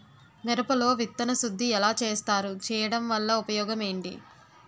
మిరప లో విత్తన శుద్ధి ఎలా చేస్తారు? చేయటం వల్ల ఉపయోగం ఏంటి?